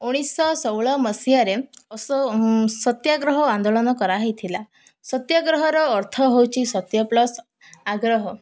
ଉଣେଇଶ ଷୋହଳ ମସିହାରେ ସତ୍ୟାଗ୍ରହ ଆନ୍ଦୋଳନ କରାହେଇଥିଲା ସତ୍ୟାଗ୍ରହର ଅର୍ଥ ହଉଚି ସତ୍ୟ ପ୍ଲସ୍ ଆଗ୍ରହ